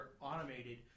automated –